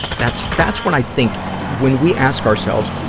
that's, that's when i think, when we ask ourselves,